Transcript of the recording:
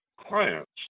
clients